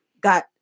Got